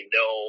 no